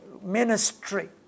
ministry